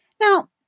Now